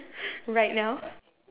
right now